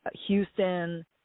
Houston